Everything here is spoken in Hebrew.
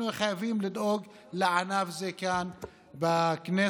אנחנו חייבים לדאוג לענף זה כאן בכנסת.